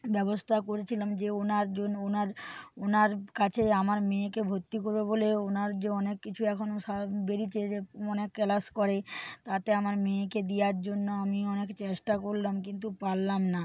ব্যবস্থা করেছিলাম যে ওনার জন্য ওনার ওনার কাছে আমার মেয়েকে ভর্তি করবো বলে ওনার যে অনেক কিছু এখনও বেরিয়েছে যে মনে ক্লাস করে তাতে আমার মেয়েকে দিয়ার জন্য আমি অনেক চেষ্টা করলাম কিন্তু পারলাম না